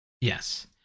Yes